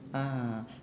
ah